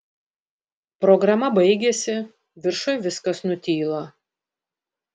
programa baigiasi viršuj viskas nutyla